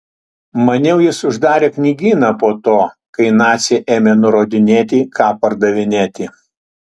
maniau jis uždarė knygyną po to kai naciai ėmė nurodinėti ką pardavinėti